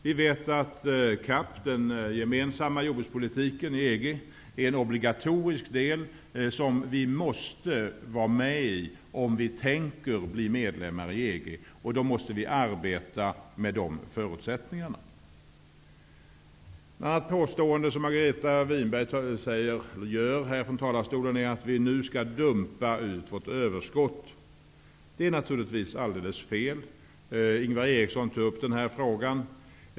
Vi vet att CAP, den gemensamma jordbrukspolitiken i EG, är en obligatorisk del som vi måste vara med i om vi tänker bli medlemmar i EG. Då måste vi arbet med de förutsättningarna. Ett annat påstående som Margareta Winberg gör från talarstolen är att vi nu skall dumpa vårt överskott. Det är naturligtvis alldeles fel. Ingvar Eriksson tog också upp den här frågan.